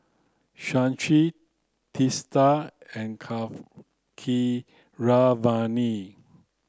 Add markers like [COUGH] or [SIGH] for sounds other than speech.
Shashi Teesta and [UNINTELLIGIBLE]